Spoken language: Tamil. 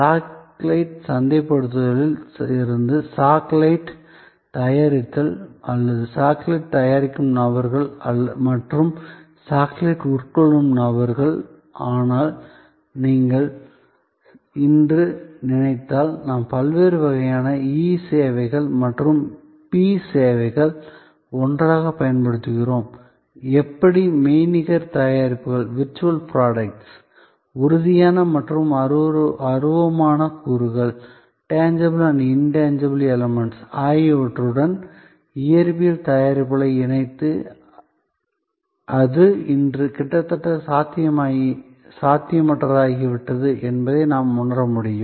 சாக்லேட் சந்தைப்படுத்துதலில் இருந்து சாக்லேட் தயாரித்தல் அல்லது சாக்லேட் தயாரிக்கும் நபர்கள் மற்றும் சாக்லேட் உட்கொள்ளும் நபர்கள் ஆனால் நீங்கள் இன்று நினைத்தால் நாம் பல்வேறு வகையான இ சேவைகள் மற்றும் பி சேவைகளை ஒன்றாக பயன்படுத்துகிறோம் எப்படி மெய்நிகர் தயாரிப்புகள் உறுதியான மற்றும் அருவமான கூறுகள் ஆகியவற்றுடன் இயற்பியல் தயாரிப்புகளை இணைத்து அது இன்று கிட்டத்தட்ட சாத்தியமற்றதாகிவிட்டது என்பதை நாம் உணர முடியும்